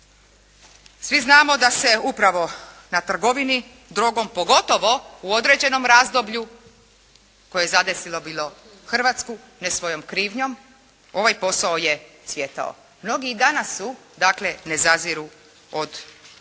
Svi znamo da se upravo na trgovini drogom pogotovo u određenom razdoblju koje je zadesilo bilo Hrvatsku ne svojom krivnjom ovaj posao je cvjetao. Mnogi i danas su dakle ne zaziru od ovakvog